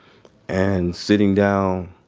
and sitting down,